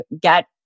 get